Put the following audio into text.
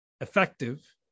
effective